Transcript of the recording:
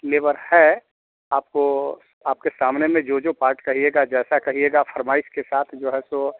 labour है आपको आपके सामने में जो जो पार्ट कहिएगा जैसा कहिएगा फरमाइसह के साथ जो है सो